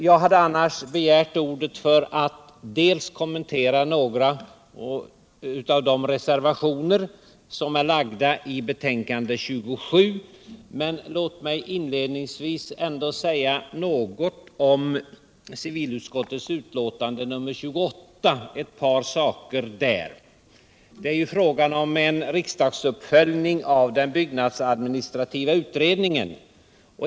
Jag har begärt ordet för att kommentera några av de reservationer som är fogade till betänkandet nr 27, men låt mig inledningsvis ändå säga något om av den byggnadsadministrativa utredningen.